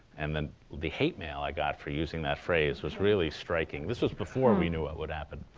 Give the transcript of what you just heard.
and then the hate mail i got for using that phrase was really striking. this was before we knew what would happen.